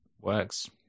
Works